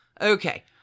okay